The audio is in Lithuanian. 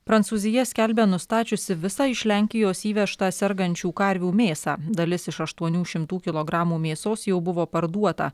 prancūzija skelbia nustačiusi visą iš lenkijos įvežtą sergančių karvių mėsą dalis iš aštuonių šimtų kilogramų mėsos jau buvo parduota